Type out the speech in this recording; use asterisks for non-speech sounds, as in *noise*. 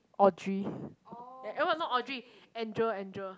audrey *breath* eh what not audrey andrea andrea